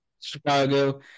Chicago